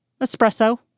Espresso